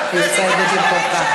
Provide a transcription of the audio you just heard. מוסר כפול.